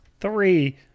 Three